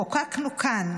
חוקקנו כאן,